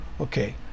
Okay